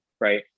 right